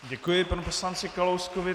Děkuji panu poslanci Kalouskovi.